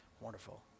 wonderful